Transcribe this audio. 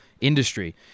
industry